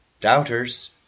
doubters